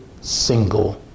single